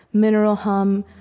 mineral hum,